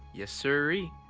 yessiree.